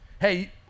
Hey